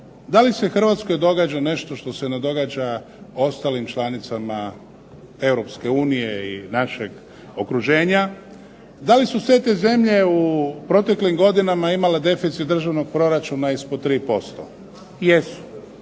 da li se Hrvatskoj događa nešto što se ne događa ostalim članicama Europske unije i našeg okruženja? Da li su sve te zemlje u proteklim godinama imale deficit državnog proračuna ispod 3%? Jesu,